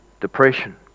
depression